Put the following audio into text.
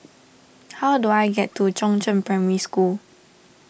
how do I get to Chongzheng Primary School